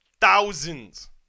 Thousands